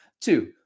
Two